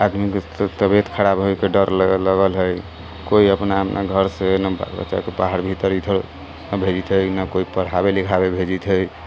आदमीके तबिअत खराब होइके डर लगल हइ कोइ अपना अपनाघरसँ नहि बाल बच्चाके बाहर भीतर ईधर उधर नहि भेजैत हइ नहि कोइ पढ़ाबै लिखाबै भेजैत हइ